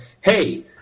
hey